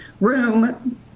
room